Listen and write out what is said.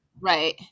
Right